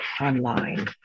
online